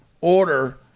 order